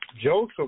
Joseph